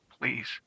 Please